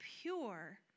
pure